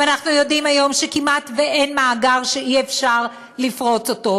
ואנחנו יודעים היום שכמעט אין מאגר שאי-אפשר לפרוץ אותו,